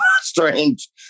strange